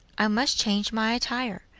i must change my attire?